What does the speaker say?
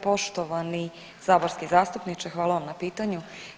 Poštovani saborski zastupniče, hvala vam na pitanju.